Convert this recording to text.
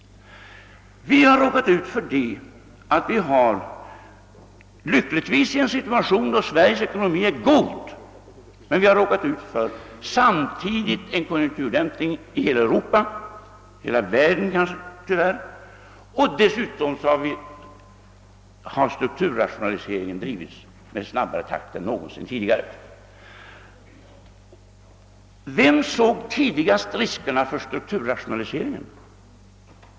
Vad som hänt är alltså att det i en situation, när Sveriges ekonomi lyckligtvis är god, tyvärr har inträffat en konjunkturdämpning i hela Europa — kanske i hela världen — och att dessutom strukturrationaliseringen drivits i snabbare takt än någonsin tidigare. Vem såg tidigast riskerna med strukturrationaliseringen?